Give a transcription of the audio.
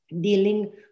dealing